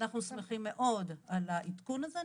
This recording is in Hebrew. אנחנו שמחים מאוד על העדכון הזה.